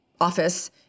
office